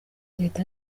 leta